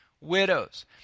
widows